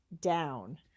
down